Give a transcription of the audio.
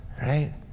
right